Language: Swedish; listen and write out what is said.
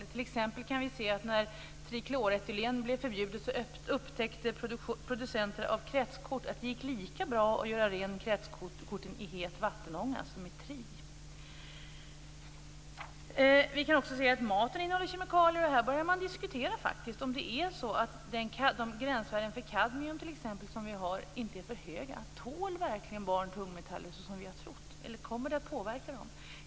När t.ex. trikloretylen blev förbjudet upptäckte producenterna av kretskort att det gick alldeles utmärkt att göra rent kretskorten i het vattenånga. Vi kan också se att maten innehåller kemikalier. Här börjar man diskutera om det är så att de gränsvärden för t.ex. kadmium som vi har inte är för höga. Tål verkligen barn tungmetaller så som vi har trott, eller kommer de att påverka dem?